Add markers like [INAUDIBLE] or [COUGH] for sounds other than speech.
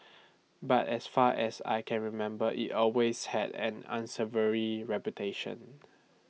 [NOISE] but as far as I can remember IT always had an unsavoury reputation